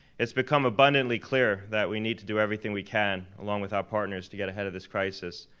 it's become abundantly clear that we need to do everything we can along with our partners to get ahead of this crisis.